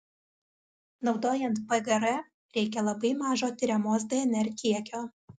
naudojant pgr reikia labai mažo tiriamos dnr kiekio